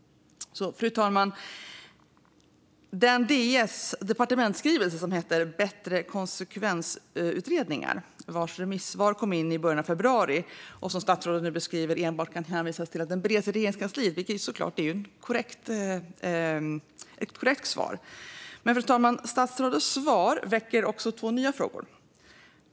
Fru talman! Remissvaren på departementsskrivelsen Bättre konse kvensutredningar kom in i början av februari. Statsrådet hänvisar till att förslagen nu bereds i Regeringskansliet, vilket såklart är ett korrekt svar. Men, fru talman, statsrådets svar väcker också två nya frågor.